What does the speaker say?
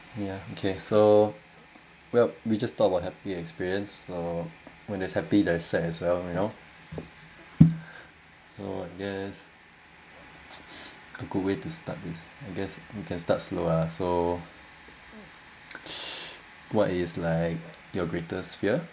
ya okay so well we just talk about happy experience so when there's happy there is sad as well you know so there's a good way to start this I guess you can start slow ah so what it is like your greater fear